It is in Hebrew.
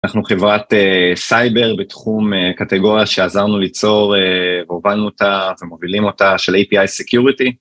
אנחנו חברת סייבר בתחום קטגוריה שעזרנו ליצור והובלנו אותה ומובילים אותה של API Security.